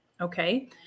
Okay